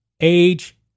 Age